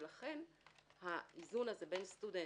ולכן האיזון הזה בין סטודנט,